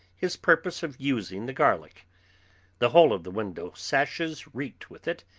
his purpose of using the garlic the whole of the window-sashes reeked with it,